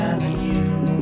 Avenue